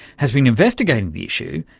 has been investigating the issue,